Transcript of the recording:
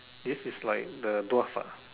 this is like the dwarf ah